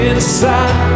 Inside